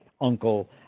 uncle